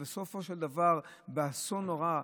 בסופו של דבר באסון נורא,